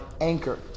anchor